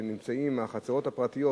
שהם נמצאים בחצרות הפרטיות,